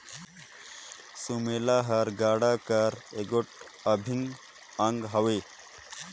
सुमेला हर गाड़ा कर एगोट अभिन अग हवे